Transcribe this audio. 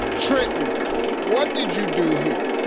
trenton what did you do here?